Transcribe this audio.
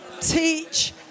Teach